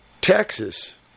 Texas